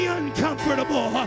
uncomfortable